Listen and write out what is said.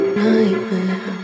nightmare